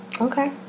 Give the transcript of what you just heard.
Okay